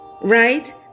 right